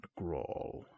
Grawl